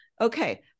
okay